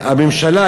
הממשלה,